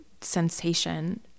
sensation